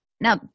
Now